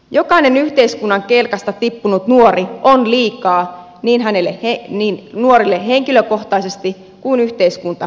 jokainen yhteiskunnan kelkasta tippunut nuori on liikaa niin nuorelle henkilökohtaisesti kuin yhteiskuntataloudellekin